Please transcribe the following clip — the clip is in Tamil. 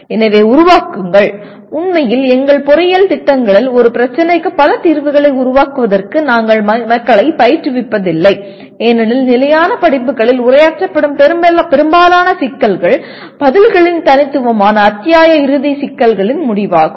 எனவே உருவாக்குங்கள் உண்மையில் எங்கள் பொறியியல் திட்டங்களில் ஒரு பிரச்சினைக்கு பல தீர்வுகளை உருவாக்குவதற்கு நாங்கள் மக்களைப் பயிற்றுவிப்பதில்லை ஏனெனில் நிலையான படிப்புகளில் உரையாற்றப்படும் பெரும்பாலான சிக்கல்கள் பதில்களின் தனித்துவமான அத்தியாய இறுதி சிக்கல்களின் முடிவாகும்